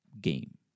game